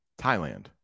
Thailand